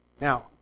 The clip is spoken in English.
Now